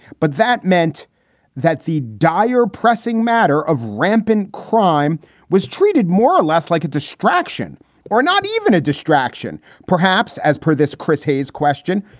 but that meant that the dire pressing matter of rampant crime was treated more or less like a distraction or not even a distraction, perhaps, as per this chris hayes question,